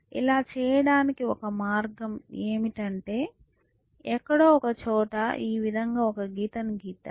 ఇలా చేయడానికి ఒక మార్గం ఏమిటంటే ఎక్కడ ఒకచోట ఈ విధంగా ఒక గీతను గీద్దాం